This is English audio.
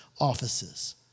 offices